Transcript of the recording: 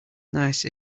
nice